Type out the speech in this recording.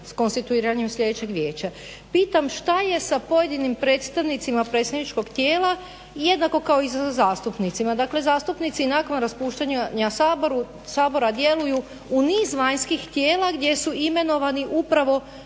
s konstituiranjem sljedećeg vijeća. Pitam šta je sa pojedinim predstavnicima predstavničkog tijela jednako kao i sa zastupnicima, dakle zastupnici i nakon raspuštanja Sabora djeluju u niz vanjskih tijela gdje su imenovani upravo